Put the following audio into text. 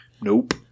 Nope